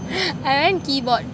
I want keyboard